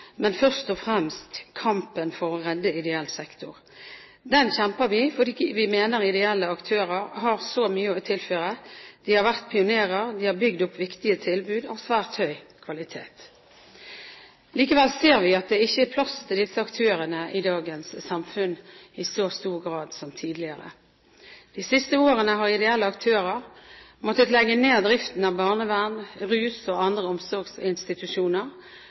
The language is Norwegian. men først og fremst kampen for å redde ideell sektor. Den kjemper vi fordi vi mener at ideelle aktører har så mye å tilføre. De har vært pionerer og bygd opp viktige tilbud av svært høy kvalitet. Likevel ser vi at det ikke er plass til disse aktørene i dagens samfunn i så stor grad som tidligere. De siste årene har ideelle aktører måttet legge ned driften av barneverns-, rus- og andre omsorgsinstitusjoner,